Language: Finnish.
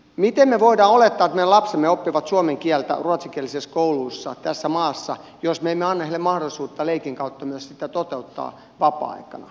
miten me voimme olettaa että meidän lapsemme oppivat suomen kieltä ruotsinkielisissä kouluissa tässä maassa jos me emme anna heille mahdollisuutta myös leikin kautta sitä toteuttaa vapaa aikana